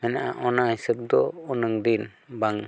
ᱚᱱᱟ ᱦᱤᱥᱟᱹᱵ ᱫᱚ ᱩᱱᱟᱹᱜ ᱫᱤᱱ ᱵᱟᱝ